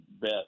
bet